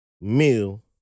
meal